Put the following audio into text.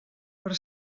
per